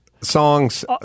songs